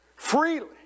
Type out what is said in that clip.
Freely